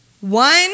One